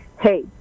hey